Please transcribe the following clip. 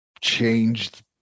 changed